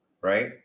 right